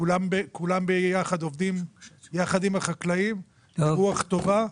כולם ביחד עובדים יחד עם החקלאים ברוח טובה.